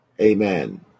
Amen